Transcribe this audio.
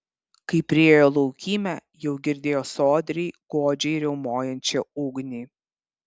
kai priėjo laukymę jau girdėjo sodriai godžiai riaumojančią ugnį